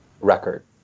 record